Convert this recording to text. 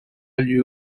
lieu